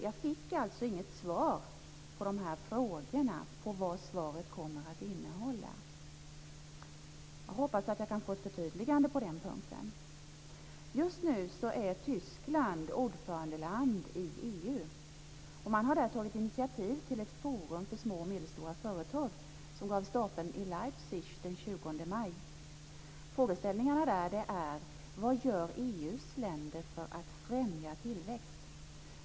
Jag fick inget svar på mina frågor om vad beskedet kommer att innehålla. Jag hoppas att jag kan få ett förtydligande på den punkten. Just nu är Tyskland ordförandeland i EU, och man har där tagit initiativ till ett forum för små och medelstora företag, ett arrangemang som går av stapeln i Leipzig den 20 maj. Frågeställningarna blir där: Vad gör EU:s länder för att främja tillväxt?